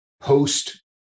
Post